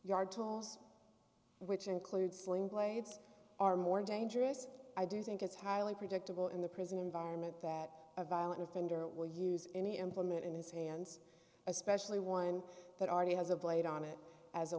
yard tools which include sling blades are more dangerous i do think it's highly predictable in the prison environment that a violent offender will use any implement in his hands especially one that already has a blade on it as a